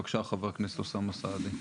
בבקשה, חה"כ אוסאמה סעדי.